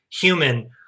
human